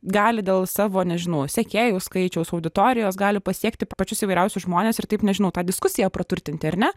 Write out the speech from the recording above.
gali dėl savo nežinau sekėjų skaičiaus auditorijos gali pasiekti pačius įvairiausius žmones ir taip nežinau tą diskusiją praturtinti ar ne